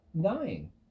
dying